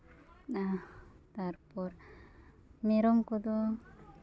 ᱛᱟᱨᱯᱚᱨ ᱢᱮᱨᱚᱢ ᱠᱚᱫᱚ